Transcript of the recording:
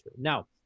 Now